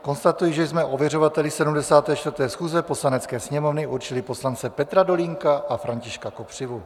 Konstatuji, že jsme ověřovateli 74. schůze Poslanecké sněmovny určili poslance Petra Dolínka a Františka Kopřivu.